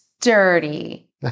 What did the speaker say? dirty